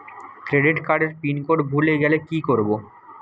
Credit কার্ডের pin code ভুলে গেলে কি করব?